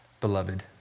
beloved